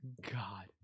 God